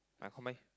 I combine